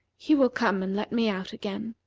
he will come and let me out again.